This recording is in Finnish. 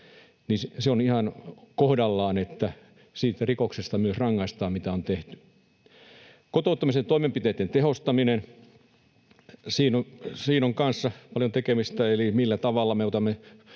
Se on ihan kohdallaan, että myös rangaistaan siitä rikoksesta, mikä on tehty. Kotouttamisen toimenpiteitten tehostaminen: Siinä on kanssa paljon tekemistä, eli millä tavalla me otamme